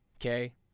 okay